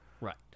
Right